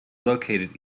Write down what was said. located